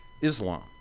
Islam